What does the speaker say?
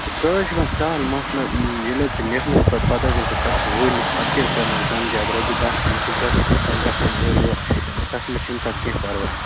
سُہ حظ چھِ پَتہٕ سَہَل مَسلہٕ ییٚلہِ حظ ژٕ نِکھ نہٕ حظ پَتہٕ پَتہٕ اَگر ژٕ کَٹھ وُہ نِکھ پَتہٕ کیٛازِ کَرٕ نہٕ بہٕ کَم زیادٕ رۄپیہِ دَہ یُس یہِ گژھٕ سُہ چھُ پَتہٕ گژھان اورٕیورٕ تَتھ منٛز چھِنہٕ پَتہٕ کیٚنٛہہ پَرواے